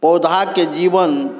पौधाके जीवन